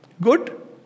Good